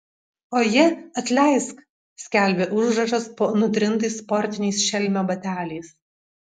oje atleisk skelbė užrašas po nutrintais sportiniais šelmio bateliais